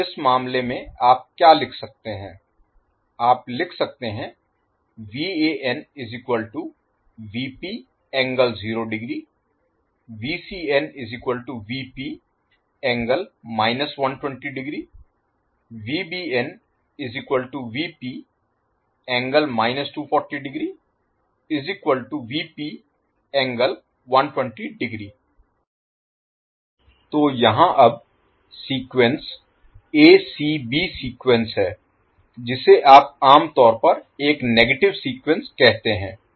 तो इस मामले में आप क्या लिख सकते हैं आप लिख सकते हैं तो यहाँ अब सीक्वेंस acb सीक्वेंस है जिसे आप आम तौर पर एक नेगेटिव सीक्वेंस कहते हैं